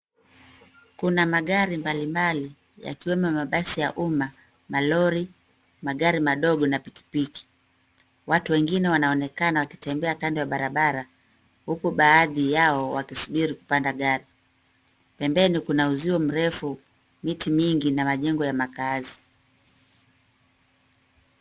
Kuna magari mbali mbali yakiwemo mabasi ya uma, malori , magari madogo na pikipiki . Watu wengine wanaonekana wakitembea kando ya barabara huku baadhi yao wakisubiri kupanda gari. Pembeni kuna uzio mrefu , miti mingi na makaazi.